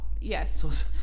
yes